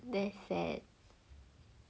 that's sad